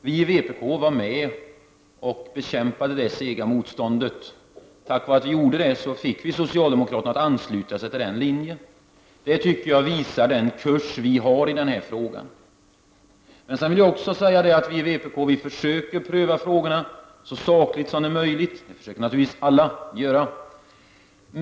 Vi i vpk var med och bekämpade detta sega motstånd. Tack vare att vi gjorde det fick vi socialdemokraterna att ansluta sig till denna linje. Det tycker jag visar vilken kurs vpk har intagit i denna fråga. Jag vill även säga att vi i vpk försöker pröva frågorna så sakligt som det är möjligt. Det försöker naturligtvis alla göra.